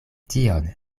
tion